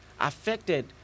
affected